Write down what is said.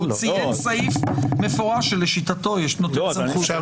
הוא ציין סעיף מפורש שלשיטתו נותן סמכות.